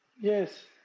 Yes